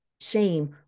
shame